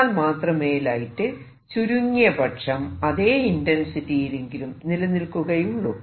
എന്നാൽ മാത്രമേ ലൈറ്റ് ചുരുങ്ങിയ പക്ഷം അതെ ഇന്റെൻസിറ്റിയിൽ എങ്കിലും നിലനിൽക്കുകയുള്ളൂ